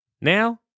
Now